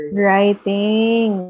writing